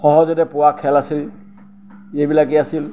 সহজতে পোৱা খেল আছিল এইবিলাকেই আছিল